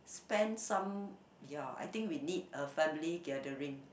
spend some ya I think we need a family gathering